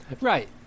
Right